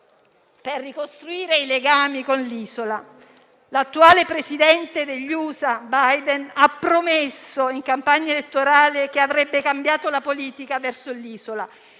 per ricostruire i legami con l'isola. L'attuale presidente degli USA Biden ha promesso in campagna elettorale che avrebbe cambiato la politica verso l'isola,